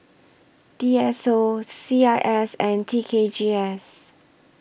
D S O C I S and T K G S